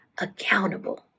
accountable